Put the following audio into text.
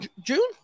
June